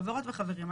חברות וחברים,